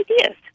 ideas